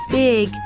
big